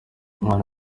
abana